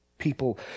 people